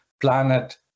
planet